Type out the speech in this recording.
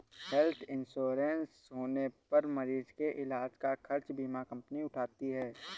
health insurance होने पर मरीज के इलाज का खर्च बीमा कंपनी उठाती है